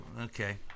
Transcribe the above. okay